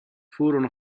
furono